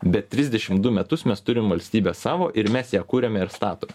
bet trisdešim du metus mes turim valstybę savo ir mes ją kuriame ir statome